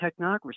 Technocracy